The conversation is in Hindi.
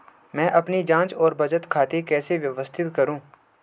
मैं अपनी जांच और बचत खाते कैसे व्यवस्थित करूँ?